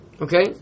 Okay